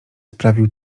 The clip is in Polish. sprawił